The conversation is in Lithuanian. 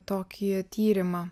tokį tyrimą